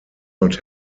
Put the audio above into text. not